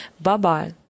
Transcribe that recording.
Bye-bye